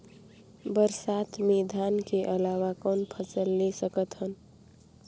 बरसात मे धान के अलावा कौन फसल ले सकत हन?